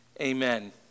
Amen